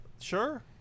sure